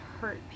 hurt